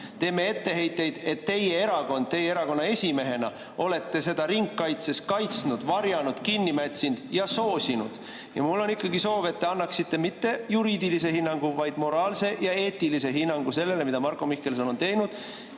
teie erakond ja teie erakonna esimehena olete seda ringkaitses kaitsnud, varjanud, kinni mätsinud ja soosinud. Ja mul on ikkagi soov, et te annaksite mitte juriidilise hinnangu, vaid moraalse ja eetilise hinnangu sellele, mida Marko Mihkelson on teinud.